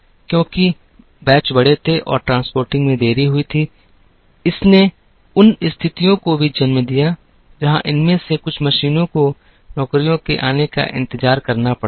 क्योंकि बैच बड़े थे और ट्रांसपोर्टिंग में देरी हुई थी इसने उन स्थितियों को भी जन्म दिया जहां इनमें से कुछ मशीनों को नौकरियों के आने का इंतजार करना पड़ता था